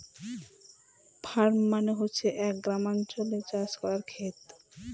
farm মানে হচ্ছে এক গ্রামাঞ্চলে চাষ করার খেত